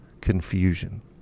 confusion